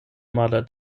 maler